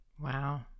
wow